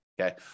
okay